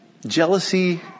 Jealousy